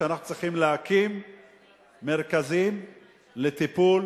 שאנחנו צריכים להקים מרכזים לטיפול